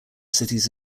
cities